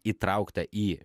įtraukta į